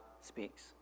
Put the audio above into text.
speaks